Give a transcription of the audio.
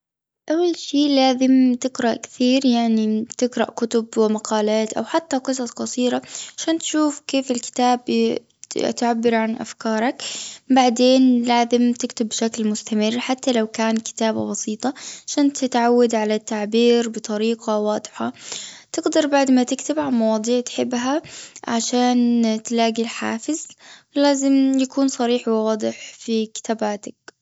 أول شي لازم تقرأ كتير يعني تقرأ كتب و مقالات أو حتى قصص قصيرة عشان نشوف كيف الكتاب تعبر عن أفكارك بعدين لازم تكتب بشكل مستمر حتى لو كانت كتابة بسيطة عشان تتعود على التعبير بطريقة واضحة تقدر بعد ما تكتب عن مواضيع تحبها عشان تلاقي حافز. لازم تكون صريح وواضح في كتاباتك.